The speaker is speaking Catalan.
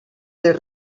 les